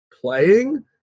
playing